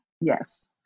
Yes